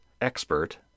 expert